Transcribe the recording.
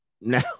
now